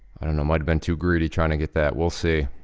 i don't know, might've been too greedy trying to get that. we'll see.